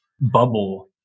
bubble